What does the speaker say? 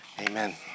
amen